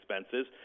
expenses